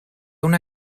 una